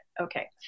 Okay